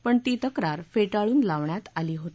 पण ती तक्रार फेटाळून लावण्यात आली होती